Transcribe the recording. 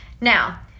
Now